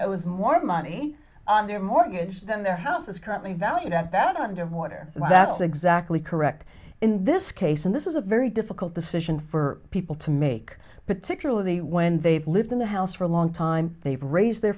it was more money on their mortgage than their house is currently valued at that underwater that's exactly correct in this case and this is a very difficult decision for people to make particularly when they've lived in the house for a long time they've raised their